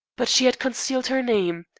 but she had concealed her name.